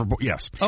Yes